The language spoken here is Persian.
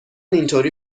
اینطوری